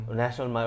national